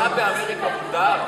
הכדורסל באמריקה מותר?